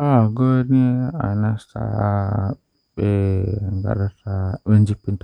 Eh Daada am kanko woni goɗɗo mo